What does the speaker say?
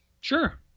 Sure